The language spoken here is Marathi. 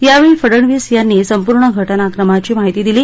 यावेळी फडनवीस यांनी संपूर्ण घटनाक्रमाची माहिती दिली